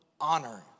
honor